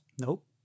Nope